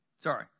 Sorry